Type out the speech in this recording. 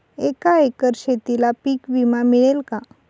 एका एकर शेतीला पीक विमा मिळेल का?